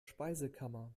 speisekammer